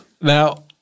Now